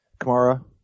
Kamara